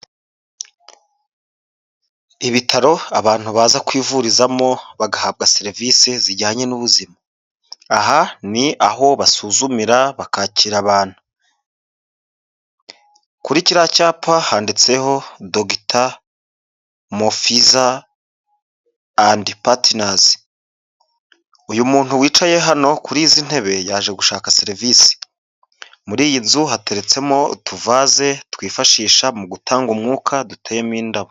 Ibitaro abantu baza kwivurizamo bagahabwa serivisi zijyanye n'ubuzima. Aha ni aho basuzumira bakakira abantu, kuri kiriya cyapa handitseho Dogita Mofiza and Patinazi, uyu muntu wicaye hano kuri izi ntebe yaje gushaka serivisi, muri iyi nzu hateretsemo utuvaze twifashisha mu gutanga umwuka duteyemo indabo.